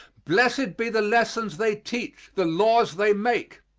blessed be the lessons they teach, the laws they make.